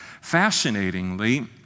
Fascinatingly